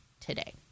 today